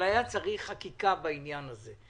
אבל היה צריך חקיקה בעניין הזה.